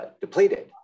depleted